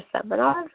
seminar